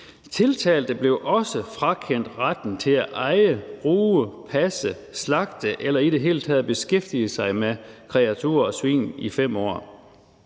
Tiltalte blev også frakendt retten til at eje, bruge, passe, slagte eller i det hele taget beskæftige sig med kreaturer og svin i 5 år.